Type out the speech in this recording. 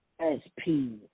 S-P